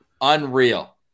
Unreal